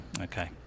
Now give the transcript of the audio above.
Okay